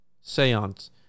seance